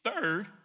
Third